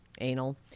anal